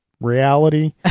reality